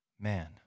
Man